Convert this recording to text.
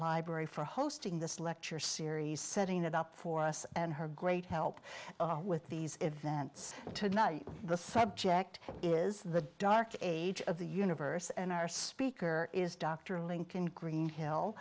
library for hosting this lecture series setting it up for us and her great help with these events tonight the subject is the dark age of the universe and our speaker is dr lincoln greenhill